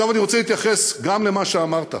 עכשיו, אני רוצה להתייחס גם למה שאמרת.